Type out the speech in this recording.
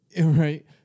Right